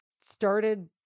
started